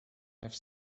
have